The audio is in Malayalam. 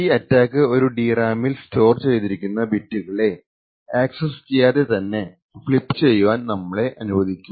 ഈ അറ്റാക്ക് ഒരു DRAM ൽ സ്റ്റോർ ചെയ്തിരിക്കുന്ന ബിറ്റുകളെ അക്സസ്സ് ചെയ്യാതെ തന്നെ ഫ്ളിപ് ചെയ്യുവാൻ നമ്മെ അനുവദിക്കും